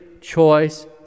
choice